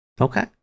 Okay